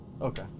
Okay